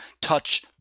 touch